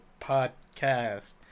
podcast